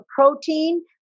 protein